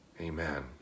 Amen